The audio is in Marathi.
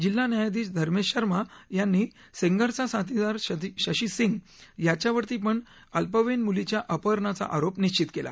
जिल्हा न्यायाधीश धर्मेश शर्मा यांनी सेंगर चा साथीदार शशी सिंग याच्यावरती पण अल्पवयीन मुलीच्या अपहरणाच्या आरोप निश्वित केला